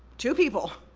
two people.